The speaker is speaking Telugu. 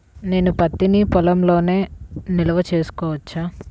నేను పత్తి నీ పొలంలోనే నిల్వ చేసుకోవచ్చా?